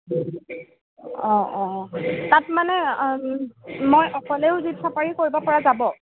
অঁ অঁ তাত মানে মই অকলেও জীপ চাফাৰী কৰিবপৰা যাব